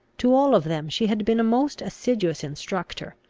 to all of them she had been a most assiduous instructor.